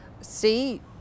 see